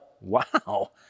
wow